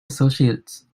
associates